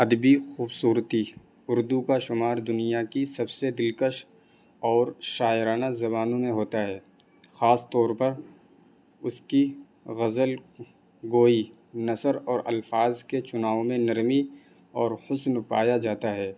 ادبی خوبصورتی اردو کا شمار دنیا کی سب سے دلکش اور شاعرانہ زبانوں میں ہوتا ہے خاص طور پر اس کی غزل گوئی نثر اور الفاظ کے چناؤ میں نرمی اور حسن پایا جاتا ہے